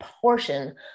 portion